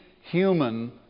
human